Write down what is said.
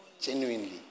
genuinely